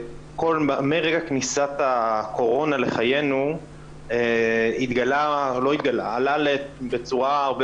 מרגע כניסת הקורונה לחיינו עלתה בצורה הרבה